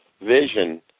vision